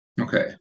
Okay